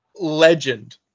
legend